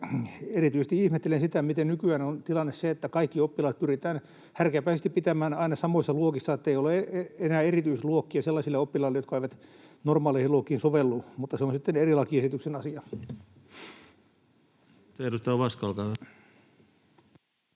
Erityisesti ihmettelen sitä, miten nykyään on tilanne se, että kaikki oppilaat pyritään härkäpäisesti pitämään aina samoissa luokissa, ettei ole enää erityisluokkia sellaisille oppilaille, jotka eivät normaaleihin luokkiin sovellu. Mutta se on sitten eri lakiesityksen asia. [Speech 185]